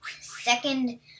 Second